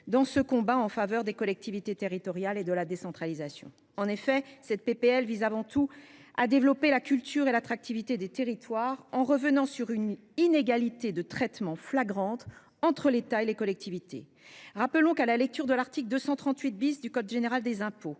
dans ce combat en faveur des collectivités territoriales et de la décentralisation. En effet, cette proposition de loi vise avant tout à développer la culture et l'attractivité des territoires, en revenant sur une inégalité de traitement flagrante entre l'État et les collectivités. Rappelons que, à la lecture de l'article 238 du code général des impôts,